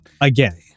Again